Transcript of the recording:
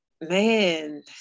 man